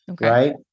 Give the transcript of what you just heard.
Right